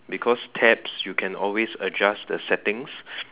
because tabs you can always adjust the settings